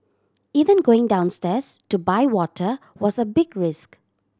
even going downstairs to buy water was a big risk